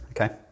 okay